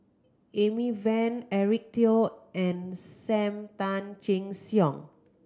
Amy Van Eric Teo and Sam Tan Chin Siong